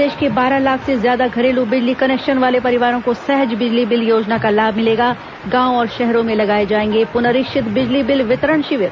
प्रदेश के बारह लाख से ज्यादा घरेलू बिजली कनेक्शन वाले परिवारों को सहज बिजली बिल योजना का लाभ मिलेगा गांवों और शहरों में लगाए जाएंगे पुनरीक्षित बिजली बिल वितरण शिविर